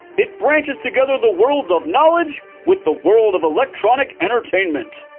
it branches together the worlds of knowledge with the world of electronic entertainment.